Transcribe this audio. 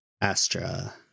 Astra